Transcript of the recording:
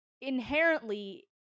inherently